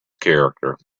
character